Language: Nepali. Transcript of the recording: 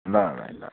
ल भाइ ल